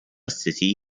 city